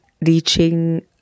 Reaching